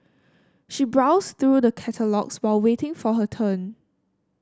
she browsed through the catalogues while waiting for her turn